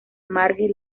marge